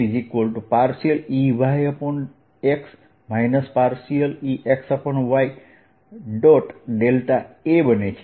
A બને છે